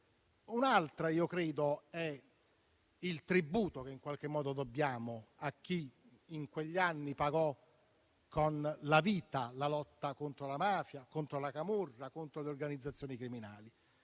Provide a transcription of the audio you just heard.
considerazione: credo che il tributo che in qualche modo dobbiamo a chi in quegli anni pagò con la vita la lotta contro la mafia, la camorra e le organizzazioni criminali